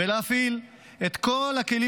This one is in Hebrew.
ולהפעיל את כל הכלים